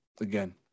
again